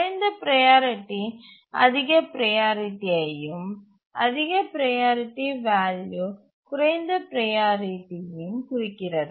குறைந்த ப்ரையாரிட்டி அதிக ப்ரையாரிட்டி யையும் அதிக ப்ரையாரிட்டி வால்யூ குறைந்த ப்ரையாரிட்டியையும் குறிக்கிறது